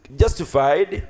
justified